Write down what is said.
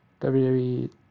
WWE